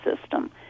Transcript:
system